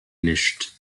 mischt